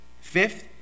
fifth